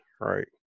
right